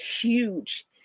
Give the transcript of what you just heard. huge